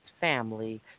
family